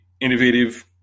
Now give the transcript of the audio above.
innovative